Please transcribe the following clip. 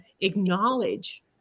acknowledge